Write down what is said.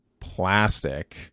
plastic